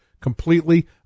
completely